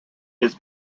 his